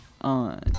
on